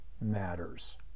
matters